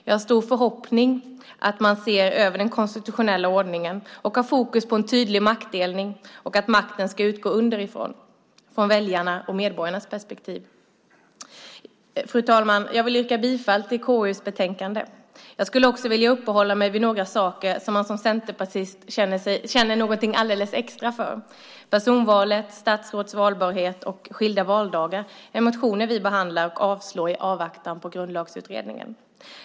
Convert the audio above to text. Jag har stor förhoppning att man ser över den konstitutionella ordningen och har fokus på en tydlig maktdelning och att makten ska utgå underifrån, från väljarnas och medborgarnas perspektiv. Fru talman! Jag vill yrka bifall till förslaget i KU:s betänkande. Jag skulle också vilja uppehålla mig vid några saker som man som centerpartist känner någonting alldeles extra för: personvalet, statsråds valbarhet och skilda valdagar. Här finns motioner som vi behandlar och avstyrker i avvaktan på Grundlagsutredningen.